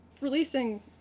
releasing